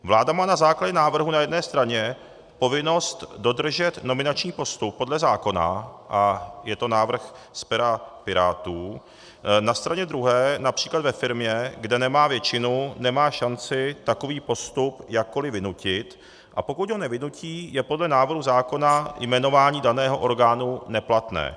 Vláda má na základě návrhu na jedné straně povinnost dodržet nominační postup podle zákona, a je to návrh z pera Pirátů, na straně druhé např. ve firmě, kde nemá většinu, nemá šanci takový postup jakkoli vynutit, a pokud ho nevynutí, je podle návrhu zákona jmenování daného orgánu neplatné.